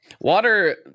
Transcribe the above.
Water